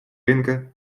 рынка